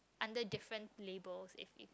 under different labels if if